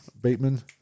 Bateman